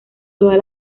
todas